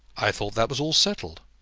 i thought that was all settled.